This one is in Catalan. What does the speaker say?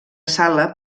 sala